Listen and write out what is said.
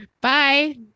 Bye